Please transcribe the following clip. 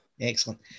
Excellent